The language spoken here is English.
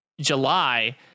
July